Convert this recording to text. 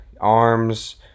arms